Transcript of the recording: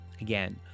Again